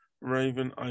raven